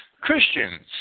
Christians